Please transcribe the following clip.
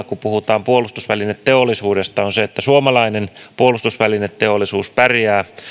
kun puhutaan puolustusvälineteollisuudesta kannan itse huolta siitä että suomalainen puolustusvälineteollisuus pärjää